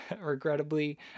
Regrettably